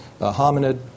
hominid